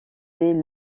dès